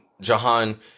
Jahan